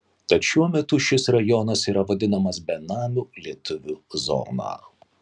tad šiuo metu šis rajonas yra vadinamas benamių lietuvių zona